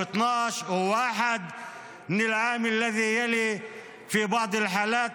דצמבר וינואר בשנה העוקבת בחלק מהמקרים.